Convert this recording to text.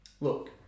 look